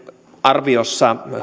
arviossa